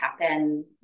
happen